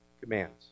commands